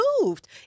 moved